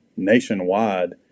nationwide